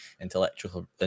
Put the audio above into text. intellectual